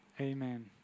Amen